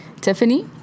Tiffany